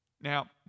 Now